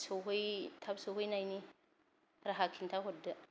थाब सहैनायनि राहा खिन्थाहरदो